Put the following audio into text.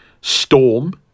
Storm